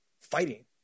fighting